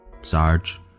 Sarge